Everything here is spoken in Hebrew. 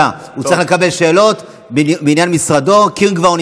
המליאה.) אתה לא יכול.